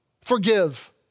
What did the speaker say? Forgive